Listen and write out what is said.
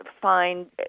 find